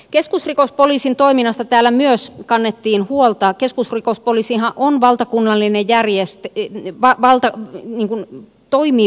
keskusrikospoliisin toiminnasta täällä myös kannettiin huoltaa keskusrikospoliisin on valtakunnallinen järjestö bikiniva valta niinkuin toimii